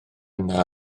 yna